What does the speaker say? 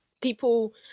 people